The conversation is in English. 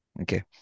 Okay